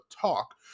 talk